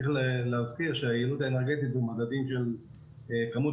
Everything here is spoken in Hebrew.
צריך להבטיח שהיעילות האנרגטית במדדים של כמות